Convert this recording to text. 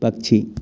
पक्षी